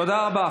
תודה רבה.